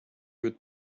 would